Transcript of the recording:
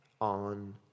on